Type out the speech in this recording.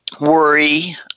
worry